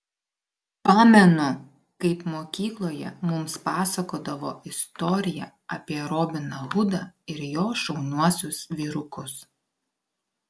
pamenu kaip mokykloje mums pasakodavo istoriją apie robiną hudą ir jo šauniuosius vyrukus